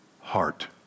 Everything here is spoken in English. heart